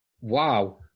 wow